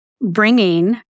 Bringing